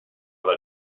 that